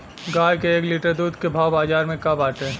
गाय के एक लीटर दूध के भाव बाजार में का बाटे?